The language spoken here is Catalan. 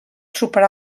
superar